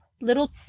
little